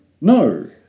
No